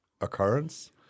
occurrence